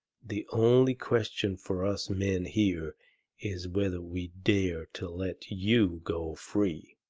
the only question for us men here is whether we dare to let you go free.